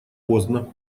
поздно